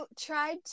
tried